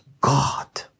God